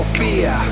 fear